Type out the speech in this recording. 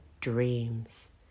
dreams